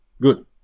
good